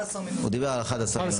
הוא דיבר על 11 מיליון.